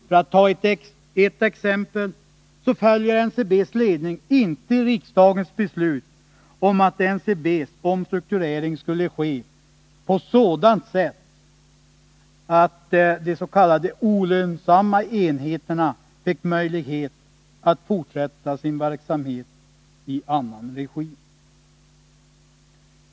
För att ta ett exempel så följer NCB:s ledning inte riksdagens beslut om att NCB:s omstrukturering skulle ske på sådant sätt att de s.k. olönsamma enheterna fick möjlighet att fortsätta sin verksamhet i annan regi.